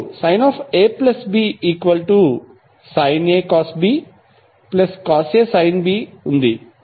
మీకు sin AB sin A cosBcosA sin B ఉంది